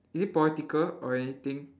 is it political or anything